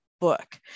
Book